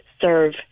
serve